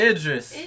Idris